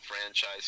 franchise